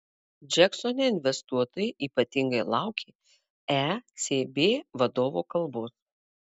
džeksone investuotojai ypatingai laukė ecb vadovo kalbos